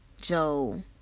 Joe